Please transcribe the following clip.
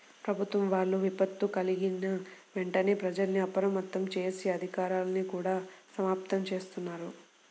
ప్రభుత్వం వాళ్ళు విపత్తు కల్గిన వెంటనే ప్రజల్ని అప్రమత్తం జేసి, అధికార్లని గూడా సమాయత్తం జేత్తన్నారు